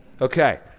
Okay